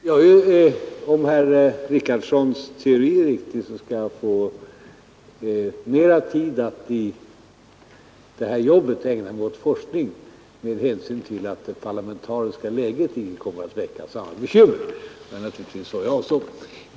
Fru talman! Om herr Richardsons teori är riktig, skall jag få mera tid att i det här jobbet ägna mig åt forskning med hänsyn till att det parlamentariska läget inte kommer att väcka samma bekymmer. Det var naturligtvis det jag avsåg.